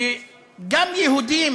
שגם יהודים